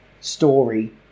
story